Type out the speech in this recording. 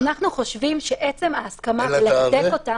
אנחנו חושבים שעצם ההסכמה ולתת אותה